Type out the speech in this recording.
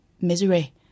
misery